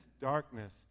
darkness